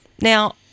Now